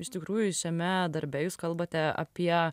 iš tikrųjų šiame darbe jūs kalbate apie